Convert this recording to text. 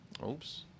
Oops